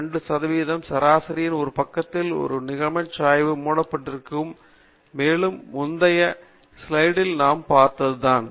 2 சதவிகிதம் சராசரியின் இரு பக்கத்திலும் ஒரு நியமச்சாய்வுக்குள் மூடப்பட்டிருக்கும் மேலும் முந்தைய ஸ்லைடில் நாம் பார்த்ததுதான்